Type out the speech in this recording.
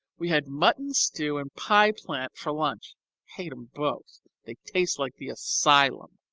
we had mutton stew and pie-plant for lunch hate em both they taste like the asylum.